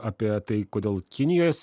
apie tai kodėl kinijos